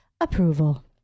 approval